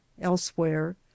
elsewhere